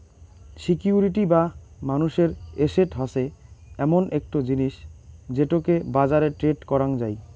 security বা মানুষের asset হসে এমন একটো জিনিস যেটোকে বাজারে ট্রেড করাং যাই